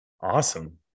Awesome